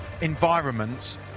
environments